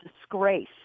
disgrace